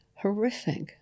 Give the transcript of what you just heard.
horrific